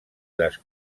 les